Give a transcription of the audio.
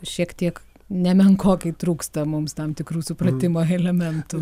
šiek tiek nemenkokai trūksta mums tam tikrų supratimo elementų